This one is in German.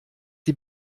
die